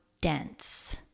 dense